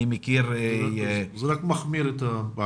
אני מכיר --- זה רק מחמיר את הבעיה.